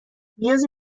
نیازی